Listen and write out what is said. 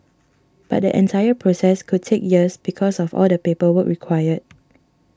but the entire process could take years because of all the paperwork required